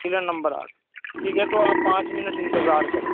pillar number آٹھ ٹھیک ہے تو آپ پانچ منٹ انتظار کریں